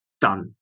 done